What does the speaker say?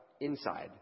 inside